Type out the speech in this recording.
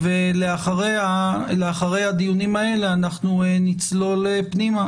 ואחרי הדיונים האלה אנחנו נצלול פנימה